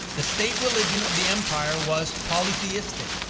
the state religion of the empire was polytheistic,